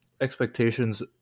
expectations